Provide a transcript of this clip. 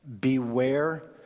beware